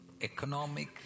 economic